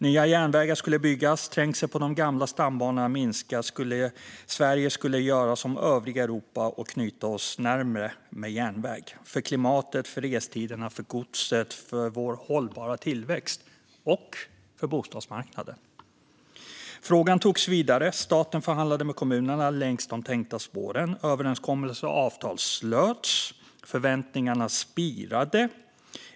Nya järnvägar skulle byggas, trängseln på de gamla stambanorna skulle minska, Sverige skulle göra som övriga Europa och knyta oss närmare med järnväg - för klimatet, för restiderna, för godset, för vår hållbara tillväxt och för bostadsmarknaden. Frågan togs vidare. Staten förhandlade med kommunerna längs de tänkta spåren. Överenskommelser och avtal slöts, och förväntningarna spirade.